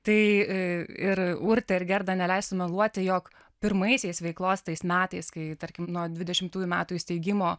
tai ir urtė ir gerda neleis sumeluoti jog pirmaisiais veiklos tais metais kai tarkim nuo dvidešimtųjų metų įsteigimo